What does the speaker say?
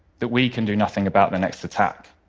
that we can do nothing about the next attack,